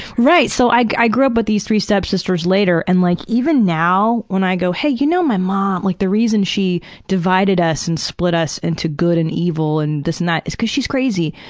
right, so i grew up with these three stepsisters later. and like even now when i go, hey, you know my mom, mom, like the reason she divided us and split us into good and evil and this and that it's cause she's crazy.